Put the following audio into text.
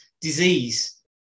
disease